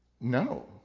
No